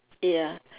ya